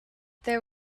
there